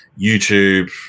YouTube